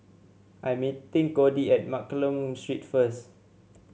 I am meeting Codi at Mccallum Street first